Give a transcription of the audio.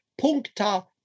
puncta